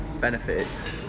benefits